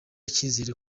icyizere